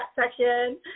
section